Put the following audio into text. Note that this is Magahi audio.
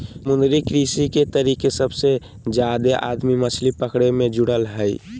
समुद्री कृषि के तरीके सबसे जादे आदमी मछली पकड़े मे जुड़ल हइ